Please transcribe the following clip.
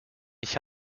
ich